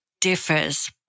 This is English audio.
differs